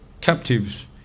captives